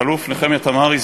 תת-אלוף נחמיה תמרי,